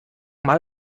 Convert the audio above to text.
mal